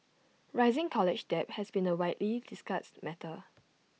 rising college debt has been A widely discussed matter